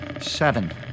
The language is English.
Seven